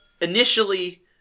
initially